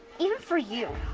even for you.